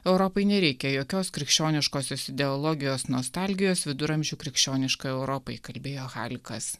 europai nereikia jokios krikščioniškosios ideologijos nostalgijos viduramžių krikščioniškai europai kalbėjo halikas